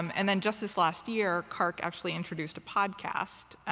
um and then just this last year, carc actually introduced a podcast,